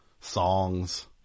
Songs